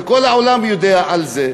וכל העולם יודע על זה,